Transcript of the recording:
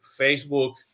Facebook